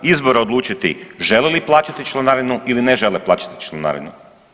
Izbora odlučiti žele li plaćati članarinu ili ne žele plaćati članarinu.